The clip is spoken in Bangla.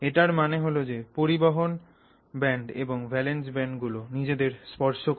এটার মানে হল যে পরিবহন ব্যান্ড এবং ভ্যালেন্স ব্যান্ড গুলো নিজদের স্পর্শ করে